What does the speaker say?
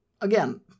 Again